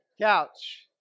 couch